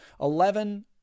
Eleven